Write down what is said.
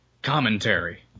Commentary